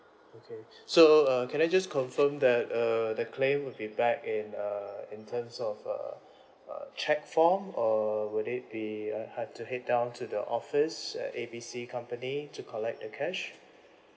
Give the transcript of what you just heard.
okay so uh can I just confirm that err the claim will be back in err in terms of uh uh cheque form or would it be I have to head down to the office at A B C company to collect the cash